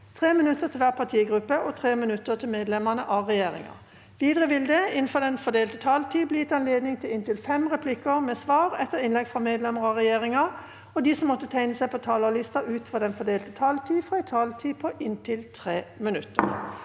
3 minutter til hver partigruppe og 3 minutter til medlemmer av regjeringa. Videre vil det – innenfor den fordelte taletid – bli gitt anledning til inntil fem replikker med svar etter innlegg fra medlemmer av regjeringa, og de som måtte tegne seg på talerlista utover den fordelte taletid, får også en taletid på inntil 3 minutter.